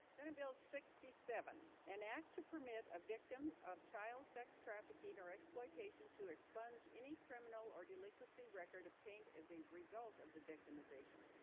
then it bill sixty seven an act to permit a victim of child sex trafficking or exploitation to expunge any criminal or delinquency record obtained as a result of the victimization.